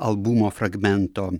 albumo fragmento